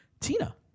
Tina